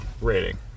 rating